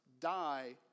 Die